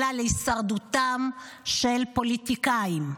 אלא להישרדותם של פוליטיקאים.